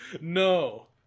no